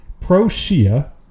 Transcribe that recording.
pro-Shia